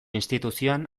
instituzioan